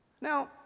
Now